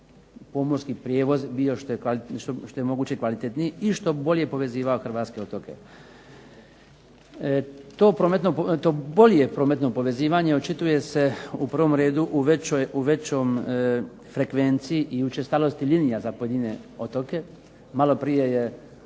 pomorski prijevoz bio što je moguće kvalitetniji i što bolje povezivao hrvatske otoke. To bolje prometno povezivanje očituje se u prvom redu u većoj frekvenciji i učestalosti linija za pojedine otoke. Maloprije je